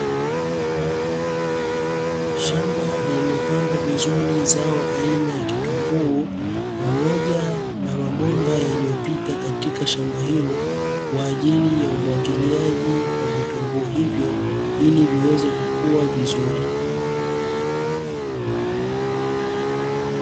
Shamba lililopandwa vizuri zao aina ya kitunguu pamoja na mabomba yaliyopita katika shamba hilo, kwa ajili ya umwagiliaji wa vitunguu hivyo ili viweze kukua vizuri.